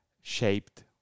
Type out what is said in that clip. shaped